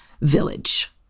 village